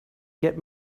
get